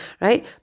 right